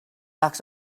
ask